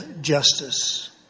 justice